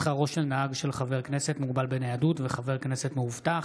שכרו של נהג של חבר כנסת מוגבל בניידות וחבר כנסת מאובטח,